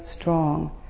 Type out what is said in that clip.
strong